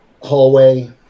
hallway